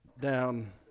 down